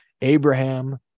Abraham